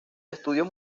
estudios